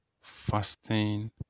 fasting